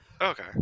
Okay